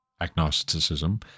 agnosticism